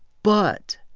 but